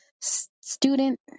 student